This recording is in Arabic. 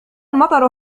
المطر